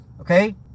Okay